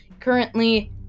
Currently